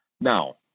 Now